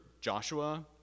joshua